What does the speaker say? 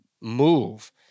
move